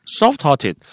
Soft-hearted